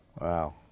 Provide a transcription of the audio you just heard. Wow